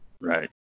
Right